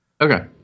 Okay